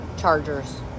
Chargers